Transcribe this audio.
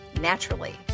naturally